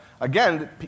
again